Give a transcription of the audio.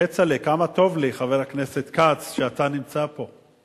כצל'ה, כמה טוב לי, חבר הכנסת כץ, שאתה נמצא פה.